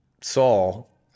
Saul